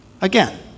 Again